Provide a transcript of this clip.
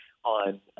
on